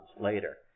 later